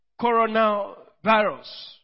coronavirus